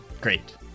Great